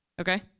Okay